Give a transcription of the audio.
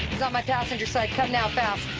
my passenger side, come now fast.